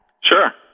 Sure